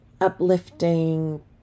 uplifting